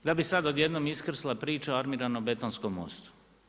Da bi sada odjednom iskrsla priča o armirano-betonskom mostu.